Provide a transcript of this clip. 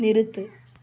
நிறுத்து